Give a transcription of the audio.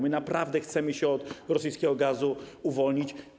My naprawdę chcemy się od rosyjskiego gazu uwolnić.